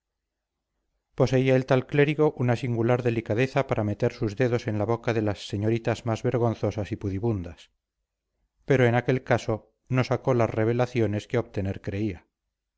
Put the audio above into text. ella poseía el tal clérigo una singular delicadeza para meter sus dedos en la boca de las señoritas más vergonzosas y pudibundas pero en aquel caso no sacó las revelaciones que obtener creía